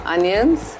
Onions